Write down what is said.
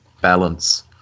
balance